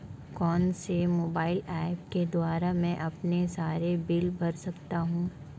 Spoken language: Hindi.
कौनसे मोबाइल ऐप्स के द्वारा मैं अपने सारे बिल भर सकता हूं?